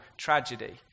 tragedy